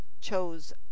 chose